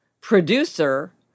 producer